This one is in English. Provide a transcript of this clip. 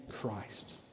Christ